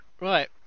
Right